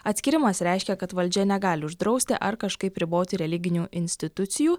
atskyrimas reiškia kad valdžia negali uždrausti ar kažkaip riboti religinių institucijų